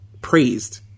praised